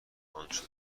آنچه